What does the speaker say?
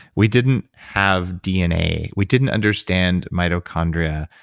we didn't have dna. we didn't understand mitochondria.